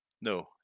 No